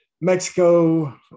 Mexico